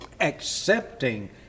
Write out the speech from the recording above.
Accepting